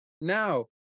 Now